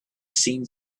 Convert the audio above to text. seen